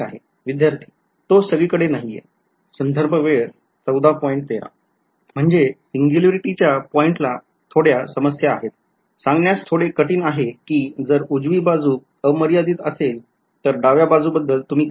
विध्यार्थी तो सगळीकडे नाहीये म्हणजे सिंग्युलॅरिटीच्या पॉईंटला थोड्या समस्या आहे सांगण्यास थोडे काठी आहे कि जर उजवी बाजू अमर्यादित असेल तर डाव्या बाजू बद्दल तुम्ही काय सांगणार